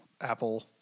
Apple